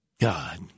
God